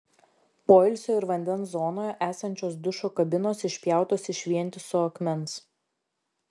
poilsio ir vandens zonoje esančios dušo kabinos išpjautos iš vientiso akmens